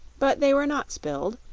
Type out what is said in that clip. but they were not spilled,